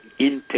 Intel